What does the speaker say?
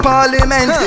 Parliament